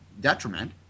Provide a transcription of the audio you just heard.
detriment